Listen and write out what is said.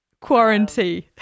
Quarantine